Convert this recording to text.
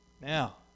Now